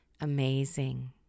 amazing